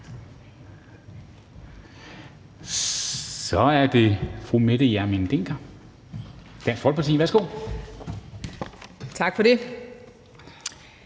Så er det fru Mette Hjermind Dencker, Dansk Folkeparti. Værsgo. Kl.